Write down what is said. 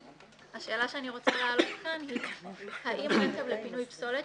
השאלה שאני רוצה להעלות כאן - האם רכב לפינוי פסולת,